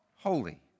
holy